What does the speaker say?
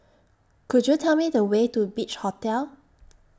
Could YOU Tell Me The Way to Beach Hotel